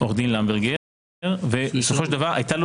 עורך דין למברגר, ובאמת הייתה לו